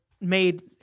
made